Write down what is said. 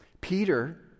Peter